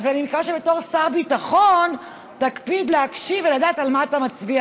אז אני מקווה שבתור שר ביטחון תקפיד להקשיב ולדעת על מה אתה מצביע,